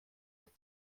but